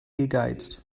gegeizt